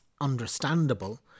understandable